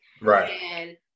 Right